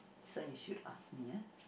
this one you should ask me ah